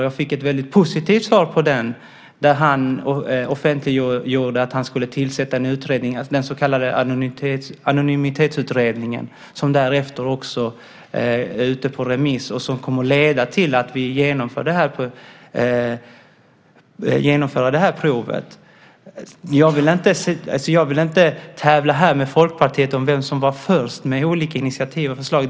Jag fick ett väldigt positivt svar där han offentliggjorde att han skulle tillsätta en utredning, den så kallade Anonymitetsutredningen som därefter är ute på remiss och kommer att leda till att vi genomför det här provet. Jag vill inte tävla här med Folkpartiet om vem som var först med olika initiativ och förslag.